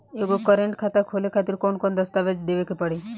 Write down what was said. एगो करेंट खाता खोले खातिर कौन कौन दस्तावेज़ देवे के पड़ी?